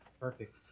Perfect